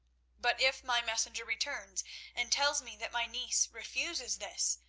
but if my messenger returns and tells me that my niece refuses this,